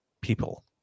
people